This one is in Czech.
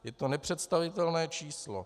Je to nepředstavitelné číslo.